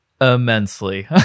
Immensely